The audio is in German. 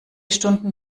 stunden